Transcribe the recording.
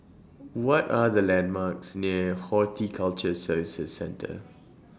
What Are The landmarks near Horticulture Services Centre